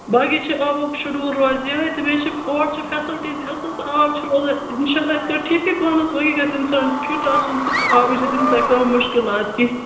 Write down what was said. باقٕے چھ آبُک شُڈوٗل روزِ یہے تہٕ بیٚیہِ چھ اورٕ چھِ فیسلٹیٖز اصل آب چھُ روزان اِشاء اللہ یِتھ کنۍ ٹھیٖکے پَہمَتھ وۄنۍ کیاہ گَژھِ اِنسان فِٹ آسُن تہٕ آبچ گَژھیٚو نہٕ تۄہہِ کانٛہہ مُشکِلات کینٛہہ